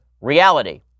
reality